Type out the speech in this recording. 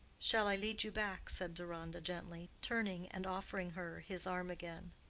shall i lead you back? said deronda, gently, turning and offering her his arm again.